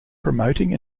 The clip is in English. promoting